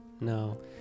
No